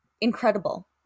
incredible